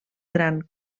gran